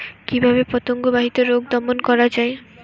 কিভাবে পতঙ্গ বাহিত রোগ দমন করা যায়?